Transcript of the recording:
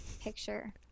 picture